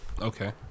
Okay